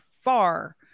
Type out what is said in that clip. far